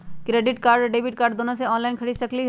Credit card और debit card दोनों से ऑनलाइन खरीद सकली ह?